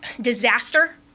Disaster